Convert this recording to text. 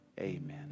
Amen